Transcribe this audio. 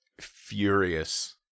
Furious